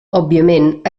òbviament